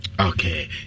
Okay